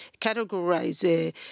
categorize